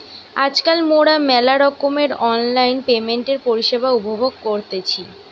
আজকাল মোরা মেলা রকমের অনলাইন পেমেন্টের পরিষেবা উপভোগ করতেছি